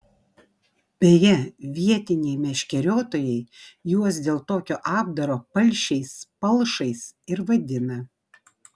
beje vietiniai meškeriotojai juos dėl tokio apdaro palšiais palšais ir vadina